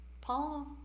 Paul